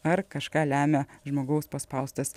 ar kažką lemia žmogaus paspaustas